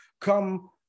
come